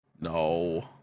No